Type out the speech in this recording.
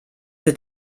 für